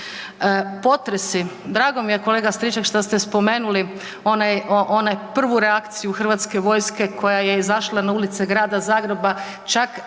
Potresi, drago mi je kolega Stričak što ste spomenuli onaj prvu reakciju HV-a koja je izašla na ulice grada Zagreba čak